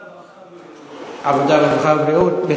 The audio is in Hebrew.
העבודה, הרווחה והבריאות.